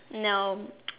no